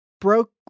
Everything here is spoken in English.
Broke